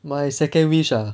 my second wish ah